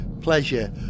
pleasure